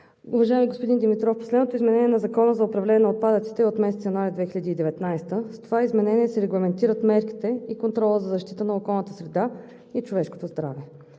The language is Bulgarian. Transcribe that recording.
Уважаеми господин Димитров, последното изменение на Закона за управление на отпадъците е от месец януари 2019 г. С това изменение се регламентират мерките и контролът за защита на околната среда и човешкото здраве.